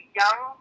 young